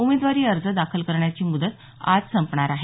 उमेदवारी अर्ज दाखल करण्याची मुदत आज संपणार आहे